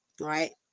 right